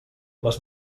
les